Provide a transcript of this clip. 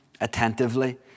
attentively